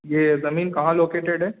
یہ زمین کہاں لوکیٹیڈ ہے